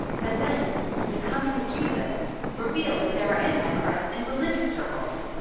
but then the coming of jesus revealed that there are antichrists in religious circles.